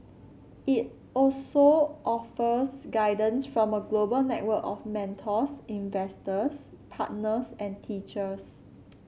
it also offers guidance from a global network of mentors investors partners and teachers